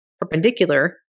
perpendicular